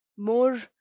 more